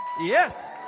Yes